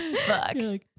fuck